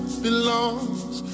belongs